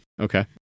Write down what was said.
Okay